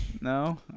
No